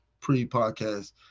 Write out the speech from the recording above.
pre-podcast